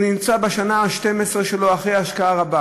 הוא נמצא בשנה ה-12 שלו אחרי השקעה רבה